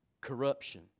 corruption